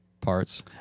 parts